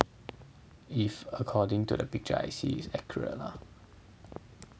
if according to the picture I see is accurate lah